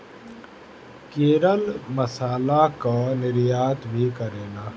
केरल मसाला कअ निर्यात भी करेला